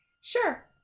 Sure